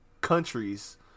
countries